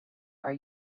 are